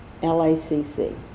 LACC